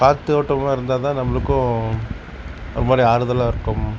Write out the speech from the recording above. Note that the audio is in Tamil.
காற்றோட்டமா இருந்தால்தான் நம்மளுக்கும் ஒரு மாதிரி ஆறுதலாக இருக்கும்